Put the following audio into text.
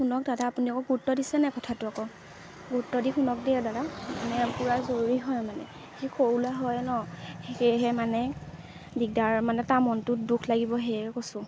শুনক দাদা আপুনি আকৌ গুৰুত্ব দিছেনে কথাটো আকৌ গুৰুত্ব দি শুনক দে দাদা মানে পূৰা জৰুৰী হয় মানে সি সৰু ল'ৰা হয় ন' সেয়েহে মানে দিগদাৰ মানে তাৰ মনটোত দুখ লাগিব সেয়েহে কৈছোঁ